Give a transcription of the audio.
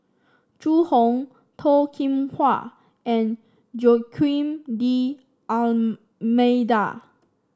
Zhu Hong Toh Kim Hwa and Joaquim D'Almeida